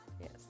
yes